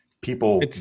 People